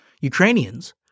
Ukrainians